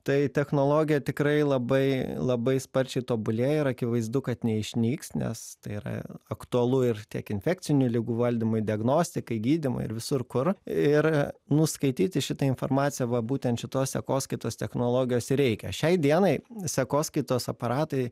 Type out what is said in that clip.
tai technologija tikrai labai labai sparčiai tobulėja ir akivaizdu kad neišnyks nes tai yra aktualu ir tiek infekcinių ligų valdymui diagnostikai gydymui ir visur kur ir nuskaityti šitą informaciją va būtent šitos sekoskaitos technologijos ir reikia šiai dienai sekoskaitos aparatai